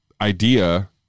idea